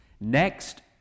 next